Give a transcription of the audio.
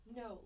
no